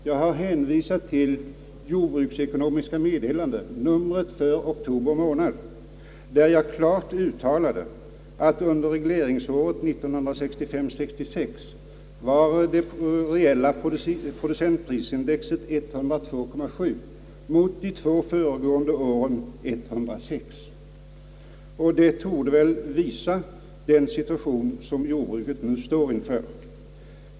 Jag har hänvisat till Jordbruksekonomiska Meddelanden, numret för oktober månad, och klart uttalat att under regleringsåret 1965/66 var det reella producentindextalet 102,7 mot 106 de två föregående åren. Det torde väl visa den situation som jordbruket nu står inför.